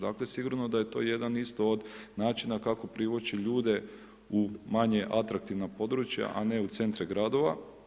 Dakle sigurno da je to jedan isto od načina kako privući ljude u manje atraktivna područja a ne u centre gradova.